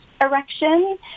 erection